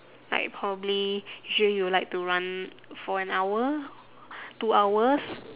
like probably usually you would like to run for an hour two hours